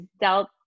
dealt